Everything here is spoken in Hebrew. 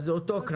אז זה אותו קנס.